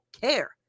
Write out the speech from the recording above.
care